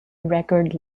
record